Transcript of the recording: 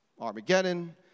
Armageddon